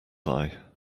eye